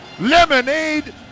Lemonade